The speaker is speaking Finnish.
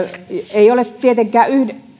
ei ole tietenkään